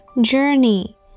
Journey